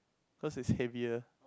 cause it's heavier